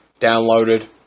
downloaded